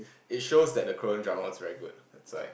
it shows that the Korean drama was very good that's why